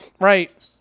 right